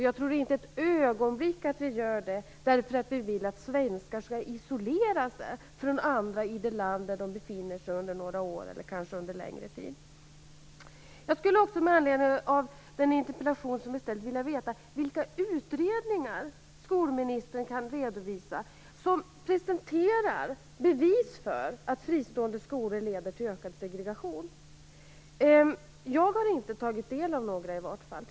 Jag tror inte ett ögonblick att vi gör det därför att vi vill att svenskar skall isolera sig från andra i det land där de befinner sig under några år eller kanske under längre tid. Jag skulle också med anledning av den interpellation som är ställd vilja veta vilka utredningar skolministern kan redovisa som presenterar bevis för att fristående skolor leder till ökad segregation. Jag har inte tagit del av några sådana, i varje fall.